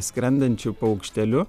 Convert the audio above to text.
skrendančiu paukšteliu